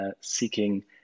seeking